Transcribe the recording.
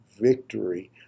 victory